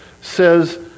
says